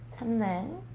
and then,